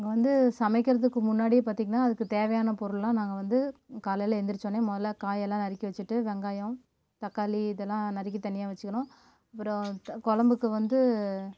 நாங்கள் வந்து சமைக்கிறதுக்கு முன்னாடி பார்த்திங்கனா அதுக்கு தேவையான பொருள்லாம் நாங்கள் வந்து காலையில எந்திருச்சசோன்னே முதல்ல காய்யெல்லாம் நறுக்கி வச்சிகிட்டு வெங்காயம் தக்காளி இதெல்லாம் நறுக்கி தனியாக வச்சுகிணும் அப்புறம் குழம்புக்கு வந்து